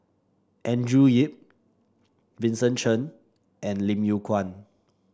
Andrew Yip Vincent Cheng and Lim Yew Kuan